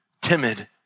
timid